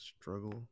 struggle